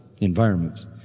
environments